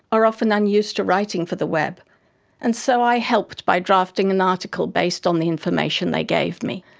are often unused to writing for the web and so i helped by drafting an article based on the information they gave me.